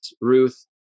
Ruth